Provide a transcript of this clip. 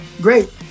Great